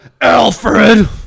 Alfred